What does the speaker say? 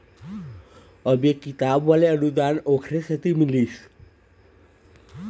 अब ये किताब वाले अनुदान ओखरे सेती मिलिस